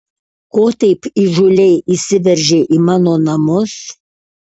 ko taip įžūliai įsiveržei į mano namus